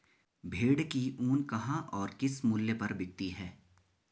भेड़ की ऊन कहाँ और किस मूल्य पर बिकती है?